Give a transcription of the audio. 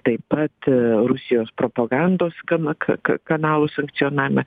taip pat i rusijos propagandos kana ka ka kanalų sankcionavimas